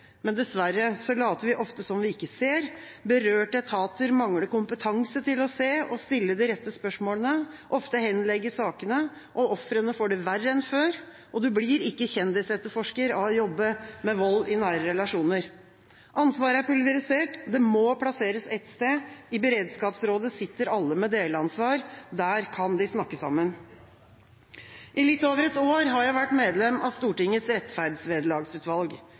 Men dessverre later vi ofte som vi ikke ser. Berørte etater mangler kompetanse til å se og stille de rette spørsmålene. Ofte henlegges sakene, og ofrene får det verre enn før. Man blir ikke kjendisetterforsker av å jobbe med vold i nære relasjoner. Ansvaret er pulverisert. Det må plasseres ett sted. I beredskapsrådet sitter alle med delansvar. Der kan de snakke sammen. I litt over et år har jeg vært medlem av Stortingets